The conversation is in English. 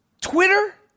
Twitter